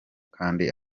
kandi